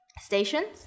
stations